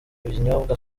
binyobwa